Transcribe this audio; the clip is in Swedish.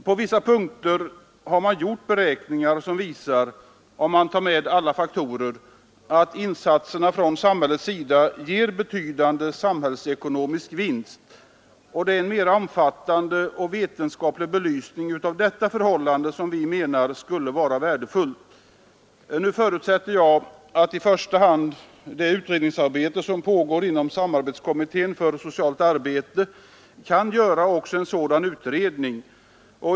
» På vissa punkter har beräkningar gjorts som, om alla faktorer tas med, visar att insatserna från samhällets sida ger en betydande samhällsekonomisk vinst. En mer omfattande och vetenskaplig belysning av detta förhållande anser vi skulle vara värdefull. Nu förutsätter jag att i första hand det utredningsarbete som pågår inom samarbetskommittén för socialt arbete också kan inrymma en sådan utredning.